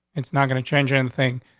it's not gonna change anything.